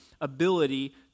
ability